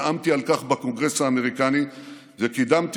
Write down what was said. נאמתי על כך בקונגרס האמריקני וקידמתי